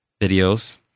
videos